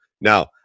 Now